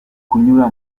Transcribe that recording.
kunyura